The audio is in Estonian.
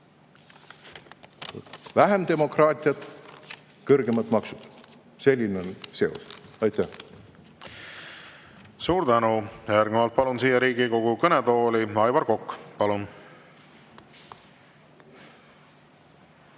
Vähem demokraatiat ja kõrgemad maksud. Selline on seos. Aitäh! Suur tänu! Järgnevalt palun siia Riigikogu kõnetooli Aivar Koka. Palun!